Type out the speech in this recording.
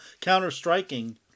counter-striking